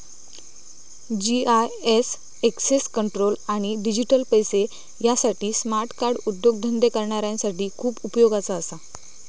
GIS access control आणि digital पैशे यासाठी स्मार्ट कार्ड उद्योगधंदे करणाऱ्यांसाठी खूप उपयोगाचा असा